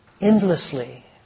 endlessly